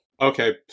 okay